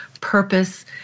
purpose